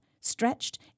stretched